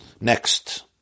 Next